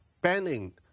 banning